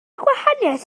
gwahaniaeth